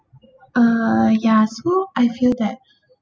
err ya so I feel that